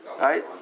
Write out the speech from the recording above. right